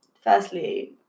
firstly